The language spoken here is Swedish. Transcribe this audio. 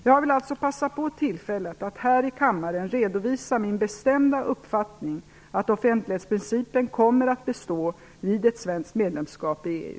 Jag vill alltså passa på tillfället att här i kammaren redovisa min bestämda uppfattning att offentlighetsprincipen kommer att bestå vid ett svenskt medlemskap i EU.